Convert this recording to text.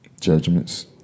judgments